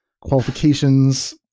qualifications